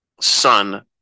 Son